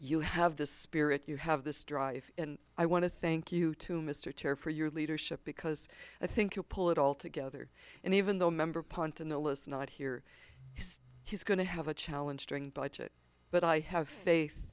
you have the spirit you have this drive and i want to thank you too mr chair for your leadership because i think you pull it all together and even though a member ponton the list not here he says he's going to have a challenge during budget but i have fa